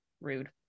rude